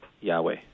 Yahweh